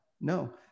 no